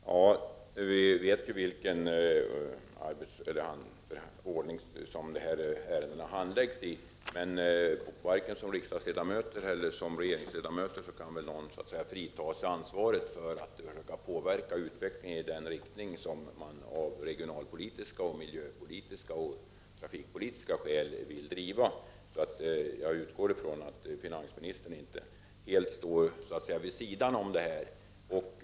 Herr talman! Ja, vi vet i vilken ordning dessa ärenden handläggs, men ingen kan väl vare sig som riksdagsledamot eller regeringsledamot frånta sig ansvaret för att försöka påverka utvecklingen i den riktning som man av regionalpolitiska, miljöpolitiska och trafikpolitiska skäl önskar. Jag utgår ifrån att ministern inte helt står vid sidan om det här.